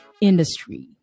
industry